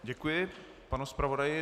Děkuji panu zpravodaji.